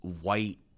white